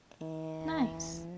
Nice